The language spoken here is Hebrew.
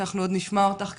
שאנחנו עוד נשמע אותך כמובן,